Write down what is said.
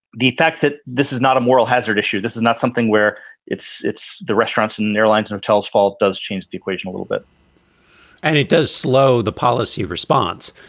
the fact that this is not a moral hazard issue. this is not something where it's. it's the restaurants and the and airlines and hotels fault does change the equation a little bit and it does slow the policy response.